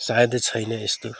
सायदै छैन यस्तो